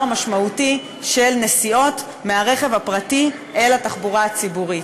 משמעותי של נסיעות מהרכב הפרטי אל התחבורה הציבורית.